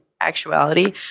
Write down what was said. actuality